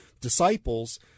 disciples